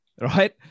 Right